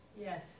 Yes